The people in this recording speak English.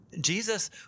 Jesus